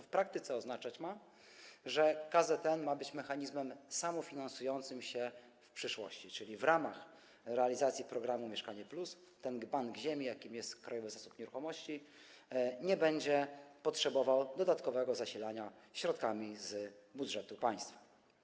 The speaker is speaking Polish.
W praktyce ma to oznaczać, że KZN ma być mechanizmem samofinansującym się w przyszłości, czyli w ramach realizacji programu „Mieszkanie+” ten bank ziemi, jakim jest Krajowy Zasób Nieruchomości, nie będzie potrzebował dodatkowego zasilania środkami z budżetu państwa.